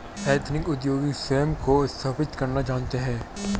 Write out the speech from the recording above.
ethnic उद्योगी स्वयं को स्थापित करना जानते हैं